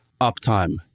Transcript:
uptime